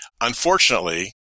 Unfortunately